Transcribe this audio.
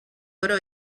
però